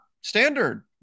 standard